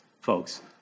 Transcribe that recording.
folks